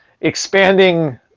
expanding